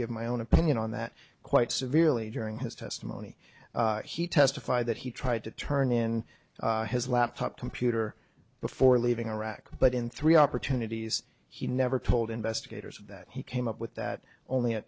give my own opinion on that quite severely during his testimony he testified that he tried to turn in his laptop computer before leaving iraq but in three opportunities he never told investigators that he came up with that only a